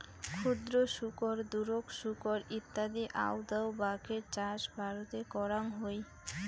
ক্ষুদ্র শুকর, দুরোক শুকর ইত্যাদি আউদাউ বাকের চাষ ভারতে করাং হই